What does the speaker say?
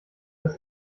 das